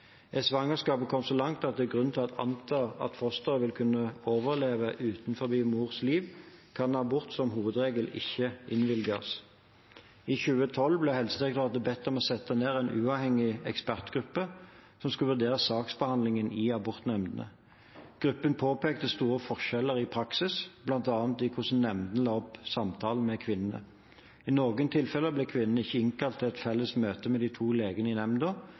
kommet så langt at det er grunn til å anta at fosteret vil kunne overleve utenfor mors liv, kan abort som hovedregel ikke innvilges. I 2012 ble Helsedirektoratet bedt om å sette ned en uavhengig ekspertgruppe som skulle vurdere saksbehandlingen i abortnemndene. Gruppen påpekte store forskjeller i praksis, bl.a. i hvordan nemndene la opp samtalen med kvinnene. I noen tilfeller ble kvinnen ikke innkalt til et felles møte med de to legene i